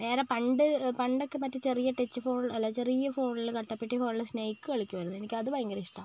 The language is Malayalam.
വേറെ പണ്ട് പണ്ടൊക്കെ മറ്റേ ചെറിയ ടച്ച് ഫോണിലെ അല്ല ചെറിയ ഫോണിൽ കട്ടപെട്ടി ഫോണിൽ സ്നേക്ക് കളിക്കുമായിരുന്നു എനിക്ക് അത് ഭയങ്കര ഇഷ്ടമാണ്